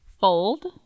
Fold